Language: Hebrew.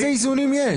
איזה איזונים יש?